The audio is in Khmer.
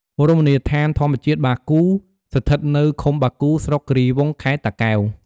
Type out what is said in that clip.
រមណីយដ្ឋានធម្មជាតិបាគូរស្ថិតនៅឃុំបាគូរ ស្រុកគីរីវង់ ខេត្តតាកែវ។